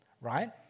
right